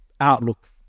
outlook